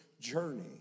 journey